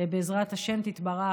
בעזרת השם תתברך,